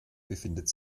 befindet